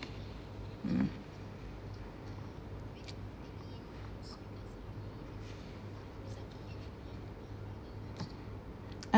mm uh